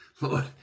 Lord